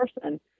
person